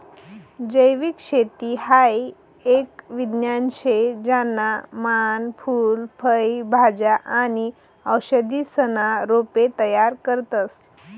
जैविक शेती हाई एक विज्ञान शे ज्याना मान फूल फय भाज्या आणि औषधीसना रोपे तयार करतस